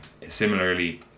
similarly